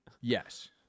Yes